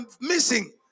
missing